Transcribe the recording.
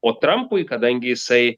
o trampui kadangi jisai